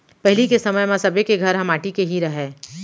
पहिली के समय म सब्बे के घर ह माटी के ही रहय